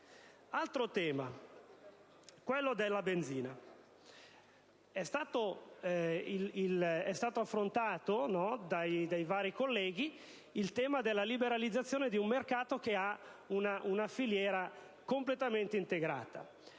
altro tema è quello della benzina. È stata affrontata da vari colleghi la questione della liberalizzazione di un mercato che ha una filiera completamente integrata.